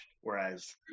Whereas